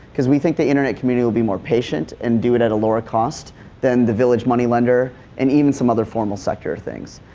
cause we think the internet community will be more patient and do it at a lower cost than the village money-lender and even some other formal sector things.